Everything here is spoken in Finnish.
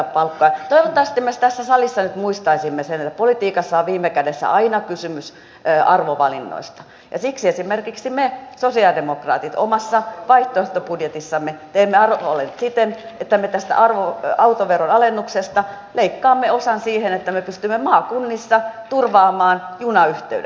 toivottavasti me tässä salissa nyt muistaisimme sen että politiikassa on viime kädessä aina kysymys arvovalinnoista ja siksi esimerkiksi me sosialidemokraatit omassa vaihtoehtobudjetissamme teemme arvovalinnat siten että me tästä autoveron alennuksesta leikkaamme osan siihen että me pystymme maakunnissa turvaamaan junayhteydet